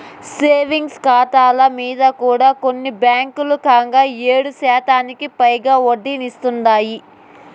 savings కాతాల మింద కూడా కొన్ని బాంకీలు కంగా ఏడుశాతానికి పైగా ఒడ్డనిస్తాందాయి